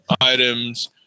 items